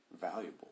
Valuable